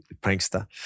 prankster